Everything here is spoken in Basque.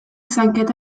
zainketa